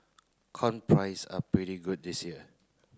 corn price are pretty good this year